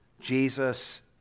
Jesus